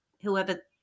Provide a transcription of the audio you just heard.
whoever